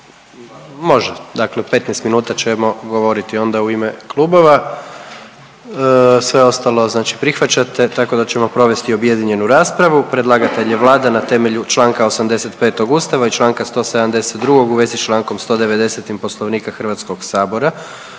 Može, dakle 15 minuta ćemo govoriti onda u ime klubova, sve ostalo znači prihvaćate tako da ćemo provesti objedinjenu raspravu. Predlagatelj je Vlada na temelju čl. 85. Ustava i čl. 172. u vezi s čl. 190. Poslovnika HS. Prigodom